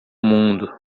mundo